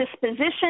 disposition